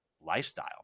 lifestyle